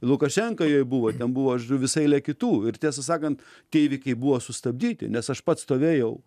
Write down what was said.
lukašenka jau buvo ten buvo žodžiu visa eile kitų ir tiesą sakant tie įvykiai buvo sustabdyti nes aš pats stovėjau